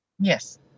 Yes